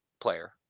player